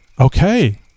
okay